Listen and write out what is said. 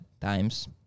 times